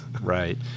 right